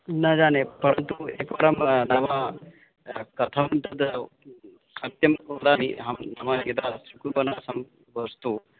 न जाने परन्तु एकवारं नाम कथं तद् सत्यं वदामि अहं मम यदा स्वीकृतवानासं वस्तु